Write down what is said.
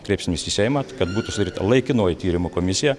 kreipsimės į seimą kad būtų sudaryta laikinoji tyrimo komisija